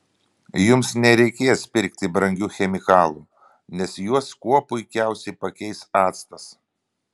jums nereikės pirkti brangių chemikalų nes juos kuo puikiausiai pakeis actas